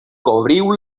cobriu